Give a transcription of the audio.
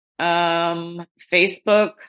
Facebook